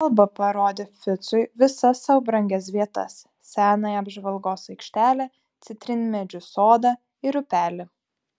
alba parodė ficui visas sau brangias vietas senąją apžvalgos aikštelę citrinmedžių sodą ir upelį